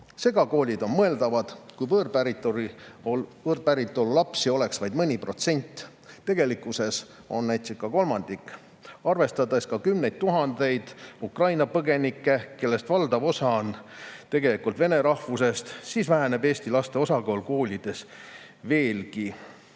Segakoolid on mõeldavad, kui võõrpäritolu lapsi oleks vaid mõni protsent. Tegelikkuses on neidcircakolmandik ja arvestades ka kümneid tuhandeid Ukraina põgenikke, kellest valdav osa on tegelikult vene rahvusest, väheneb eesti laste osakaal koolides veelgi.